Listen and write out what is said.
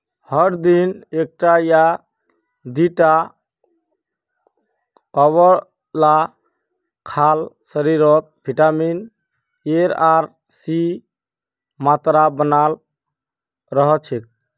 हर दिन एकटा या दिता आंवला खाल शरीरत विटामिन एर आर सीर मात्रा बनाल रह छेक